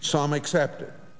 some accept